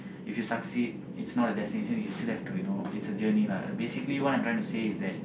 if you succeed it's not a destination you'll still have to you know it's a journey lah basically what I'm trying to say is that